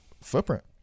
Footprint